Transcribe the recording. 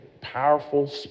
powerful